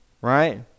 right